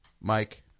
Mike